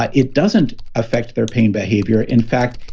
but it doesn't affect their pain behavior, in fact,